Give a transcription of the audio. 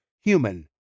Human